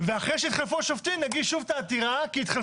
ואחרי שיתחלפו השופטים נגיש שוב את העתירה כי התחלפו השופטים.